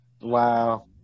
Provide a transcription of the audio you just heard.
wow